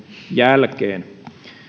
jälkeen